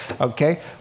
okay